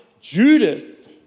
Judas